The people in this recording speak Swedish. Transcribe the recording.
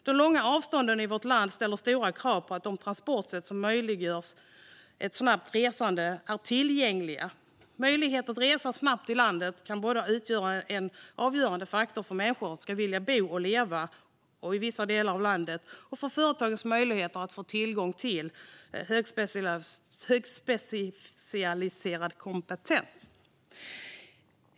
De långa avstånden i Sverige ställer stora krav på att de transportsätt som möjliggör ett snabbt resande är tillgängliga. Möjligheten att resa snabbt i landet kan vara en avgörande faktor både för att människor ska vilja att bo och leva i vissa delar av landet och för att företagen ska ha tillgång till högspecialiserad kompetens.